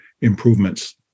improvements